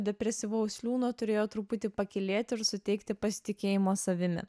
depresyvaus liūno turėjo truputį pakylėti ir suteikti pasitikėjimo savimi